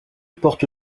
porte